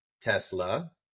Tesla